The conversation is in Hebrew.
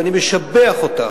ואני משבח אותך,